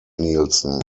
nilsson